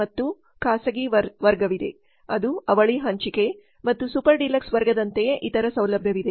ಮತ್ತು ಈ ಖಾಸಗಿ ವರ್ಗವಿದೆ ಅದು ಅವಳಿ ಹಂಚಿಕೆ ಮತ್ತು ಸೂಪರ್ ಡಿಲಕ್ಸ್ ವರ್ಗದಂತೆಯೇ ಇತರ ಸೌಲಭ್ಯವಿದೆ